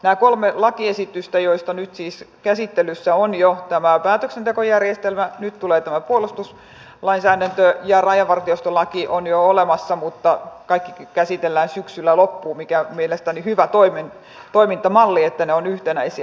näistä kolmesta lakiesityksestä joista nyt siis käsittelyssä on jo tämä päätöksentekojärjestelmä nyt tulee tämä puolustuslainsäädäntö ja rajavartiostolaki on jo olemassa mutta kaikki käsitellään syksyllä loppuun mikä on mielestäni hyvä toimintamalli että ne ovat yhtenäisiä